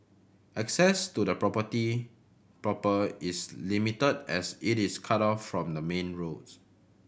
access to the property proper is limited as it is cut off from the main roads